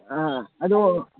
ꯑꯥ ꯑꯗꯣ